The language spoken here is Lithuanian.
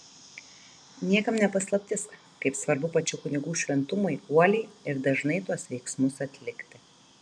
niekam ne paslaptis kaip svarbu pačių kunigų šventumui uoliai ir dažnai tuos veiksmus atlikti